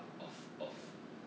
of of